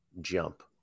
jump